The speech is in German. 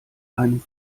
einem